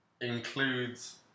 includes